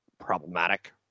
problematic